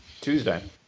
Tuesday